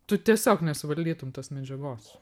tu tiesiog nesuvaldytum tos medžiagos